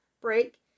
break